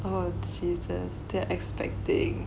oh jesus they're expecting